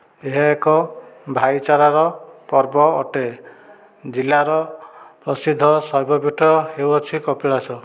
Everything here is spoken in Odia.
ଏହା ଏକ ଭାଇଚାରାର ପର୍ବ ଅଟେ ଜିଲ୍ଲାର ପ୍ରସିଦ୍ଧ ଶୈବପୀଠ ହେଉଅଛି କପିଳାସ